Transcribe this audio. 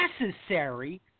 necessary